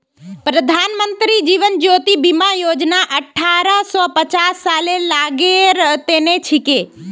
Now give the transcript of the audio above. प्रधानमंत्री जीवन ज्योति बीमा योजना अठ्ठारह स पचास सालेर लोगेर तने छिके